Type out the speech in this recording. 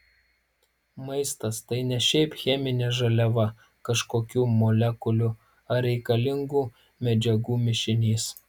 maistas tai ne šiaip cheminė žaliava kažkokių molekulių ar reikalingų medžiagų mišinys